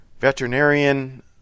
veterinarian